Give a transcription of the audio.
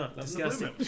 Disgusting